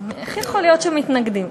איך יכול להיות שמתנגדים?